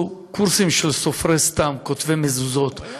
של סופרי סת"ם, כותבי מזוזות.